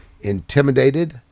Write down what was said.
intimidated